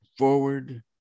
forward